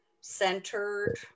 centered